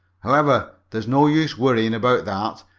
however, there's no use worrying about that.